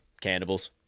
cannibals